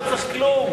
לא צריך כלום.